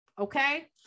Okay